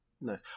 Nice